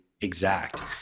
exact